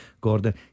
Gordon